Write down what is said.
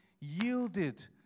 yielded